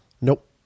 Nope